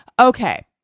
Okay